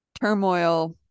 turmoil